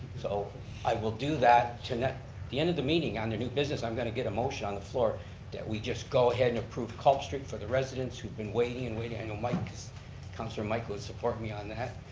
so i will do that tonight. at the end of the meeting under new business, i'm going to get a motion on the floor that we just go ahead and approve culp street for the residents. we've been waiting and waiting, i know mike, councillor mike will support me on that.